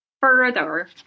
further